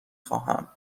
خواهم